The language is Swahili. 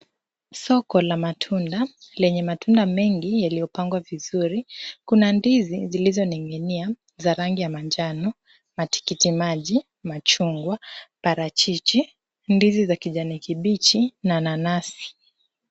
Soko la matunda lenye matunda mengi yaliyopangwa vizuri. Kuna ndizi zilizoning'inia za rangi ya manjano ,matikiti maji, machungwa, parachichi, ndizi za kijani kibichi na nanasi.